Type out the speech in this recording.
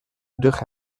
durée